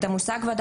בוקר טוב לכולם,